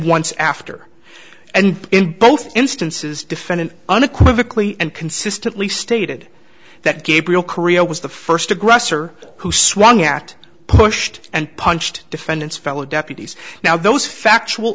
once after and in both instances defendant unequivocally and consistently stated that gabriel korea was the first aggressor who swung at pushed and punched defendant's fellow deputies now those factual